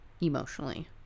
emotionally